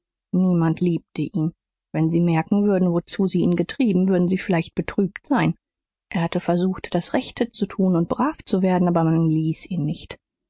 niemand liebte ihn wenn sie merken würden wozu sie ihn getrieben würden sie vielleicht betrübt sein er hatte versucht das rechte zu tun und brav zu werden aber man ließ ihn nicht